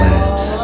Labs